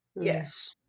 Yes